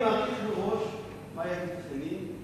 אם כי אני מעריך מראש מה יגיד חנין,